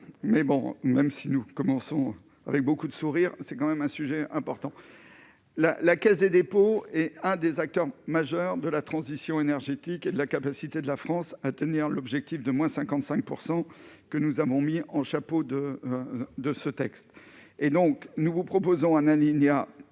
mais bon, même si nous commençons avec beaucoup de sourires, c'est quand même un sujet important, la, la Caisse des dépôts et un des acteurs majeurs de la transition énergétique et de la capacité de la France à tenir l'objectif de moins 55 % que nous avons mis en chapeau de de ce texte et donc, nous vous proposons un alinéa